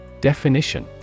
Definition